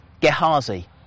Gehazi